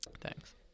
thanks